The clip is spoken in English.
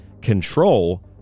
control